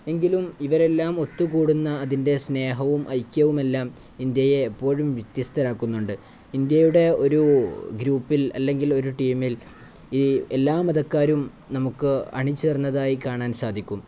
എങ്കിലും ഇവരെല്ലാം ഒത്തുകൂടുന്ന അതിൻ്റെ സ്നേഹവും ഐക്യവും എല്ലാം ഇന്ത്യയെ എപ്പോഴും വ്യത്യസ്തരാക്കുന്നുണ്ട് ഇന്ത്യയുടെ ഒരു ഗ്രൂപ്പിൽ അല്ലെങ്കിൽ ഒരു ടീമിൽ ഈ എല്ലാ മതക്കാരും നമുക്ക് അണിചേർന്നതായി കാണാൻ സാധിക്കും